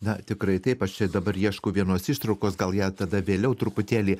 na tikrai taip aš čia dabar ieškau vienos ištraukos gal ją tada vėliau truputėlį